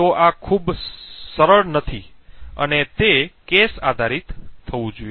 તેથી આ ખૂબ જ સરળ નથી અને અને તે કેસ આધારિત થવું જોઈએ